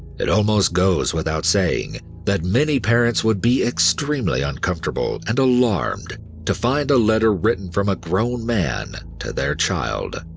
it almost goes without saying that many parents would be extremely uncomfortable and alarmed to find a letter written from a grown man to their child,